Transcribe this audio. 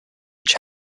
each